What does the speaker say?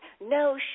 no